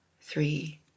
three